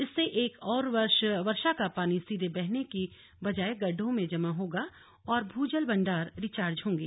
इससे एक ओर वर्षा का पानी सीधे बहने की बजाय गड्डों में जमा होगा और भूजल भंडार रिचार्ज होंगे